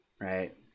right